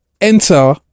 enter